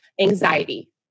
anxiety